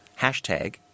hashtag